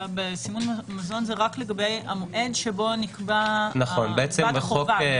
בסימון מזון זה רק לגבי המועד שבו נקבעת החובה,